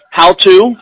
How-to